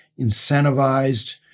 incentivized